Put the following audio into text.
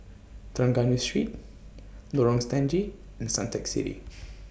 Trengganu Street Lorong Stangee and Suntec City